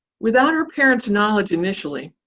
without her parents' knowledge initially,